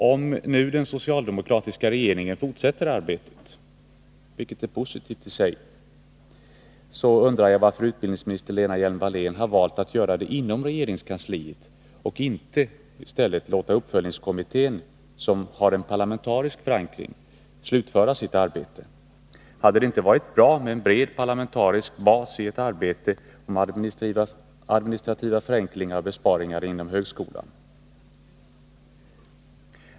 Om den socialdemokratiska regeringen fortsätter arbetet, vilket i sig är positivt, undrar jag varför utbildningsministern Lena Hjelm-Wallén har valt att göra det inom regeringskansliet i stället för att låta uppföljningskommittén, som har en parlamentarisk förankring, slutföra sitt arbete. Hade det inte varit bra med en bred parlamentarisk bas i ett arbete på administrativa förenklingar och besparingar inom högskolan?